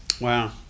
Wow